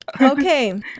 Okay